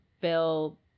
Bill